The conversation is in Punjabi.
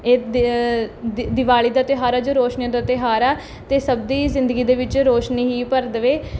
ਇਹ ਦ ਦ ਦੀਵਾਲੀ ਦਾ ਤਿਉਹਾਰ ਆ ਜੋ ਰੌਸ਼ਨੀਆਂ ਦਾ ਤਿਉਹਾਰ ਹੈ ਅਤੇ ਸਭ ਦੀ ਜ਼ਿੰਦਗੀ ਦੇ ਵਿੱਚ ਰੌਸ਼ਨੀ ਹੀ ਭਰ ਦੇਵੇ